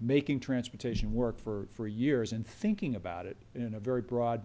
making transportation work for years and thinking about it in a very broad